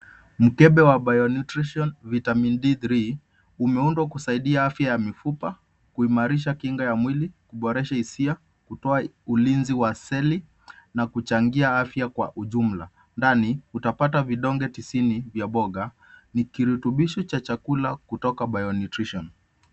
Mkebe wa Bionutrition vitamin D3 umeundwa kusaidia afya ya mifupa kuimarisha kinga ya mwili, kuboresha hisia, kutoa ulinzi wa seli na kuchangia afya kwa ujumla. Ndani utapata vidonge 90 vya mboga, ni kirutubisho cha chakula kutoka Bionutrition.